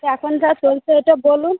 এখনকার চলছে এটা বলুন